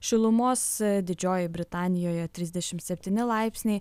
šilumos didžiojoje britanijoje trisdešimt septyni laipsniai